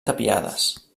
tapiades